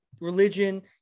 religion